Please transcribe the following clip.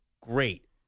great